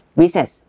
business